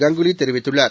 கங்குலிதெரிவித்துள்ளார்